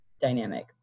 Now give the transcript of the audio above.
dynamic